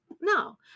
No